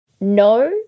No